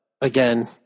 again